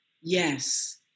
Yes